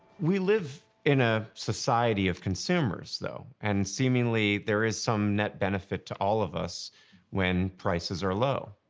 we live in a society of consumers, though, and seemingly there is some net benefit to all of us when prices are low.